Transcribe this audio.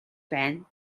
байна